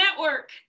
network